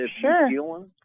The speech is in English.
Sure